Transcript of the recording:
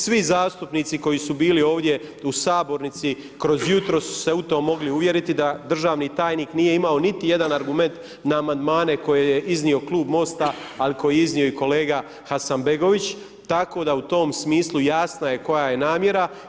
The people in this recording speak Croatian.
Svi zastupnici koji su bili ovdje u sabornici kroz jutro su se u to mogli uvjeriti da državni tajnik nije imao niti jedan argument na amandmane koje je iznio klub MOST-a ali koje je iznio i kolega Hasanbegović tako da u tom smislu jasna je koja je namjera.